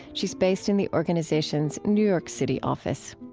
she's based in the organization's new york city office